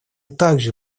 также